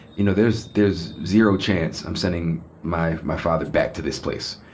you know, there's there's zero chance i'm sending my my father back to this place.